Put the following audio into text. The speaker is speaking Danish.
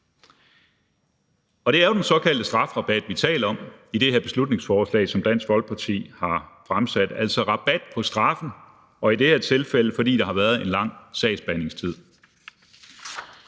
Det er jo den såkaldte strafferabat, vi taler om i det her beslutningsforslag, som Dansk Folkeparti har fremsat – altså rabat på straffen, og i det her tilfælde, fordi der har været en lang sagsbehandlingstid.